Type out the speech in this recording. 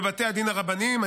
בבתי הדין הרבניים.